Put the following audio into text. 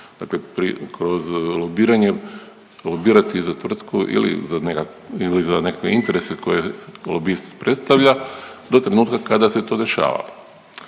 dakle kroz lobiranje lobirati za tvrtku ili za nekakve interese koje lobist predstavlja do trenutka kada se to dešava?